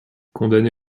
condamné